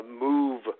move